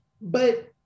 but-